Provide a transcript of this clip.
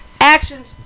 actions